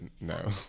No